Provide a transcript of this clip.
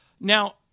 Now